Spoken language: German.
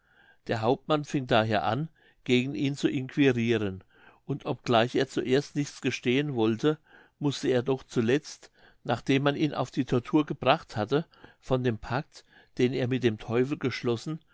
der hauptmann fing daher an gegen ihn zu inquiriren und obgleich er zuerst nichts gestehen wollen mußte er doch zuletzt nachdem man ihn auf die tortur gebracht hatte von dem pakt den er mit dem teufel geschlossen